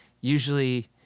usually